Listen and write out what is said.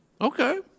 Okay